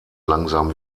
langsam